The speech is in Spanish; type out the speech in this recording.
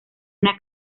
una